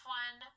one